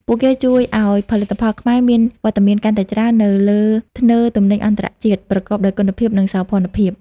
ពួកគេជួយឱ្យ "ផលិតផលខ្មែរ" មានវត្តមានកាន់តែច្រើននៅលើធ្នើរទំនិញអន្តរជាតិ ប្រកបដោយគុណភាព និងសោភ័ណភាព។